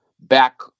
back